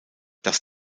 das